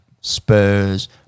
Spurs